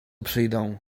przyjdą